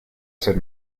ser